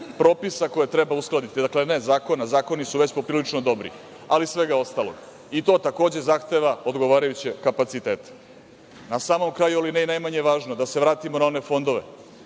propisa koje treba uskladiti, dakle, ne zakonom, zakoni su već poprilično dobri, ali svega ostalog, i to takođe zahteva odgovarajuće kapacitete. Na samom kraju, ali ne i najmanje važno, da se vratimo na one fondove,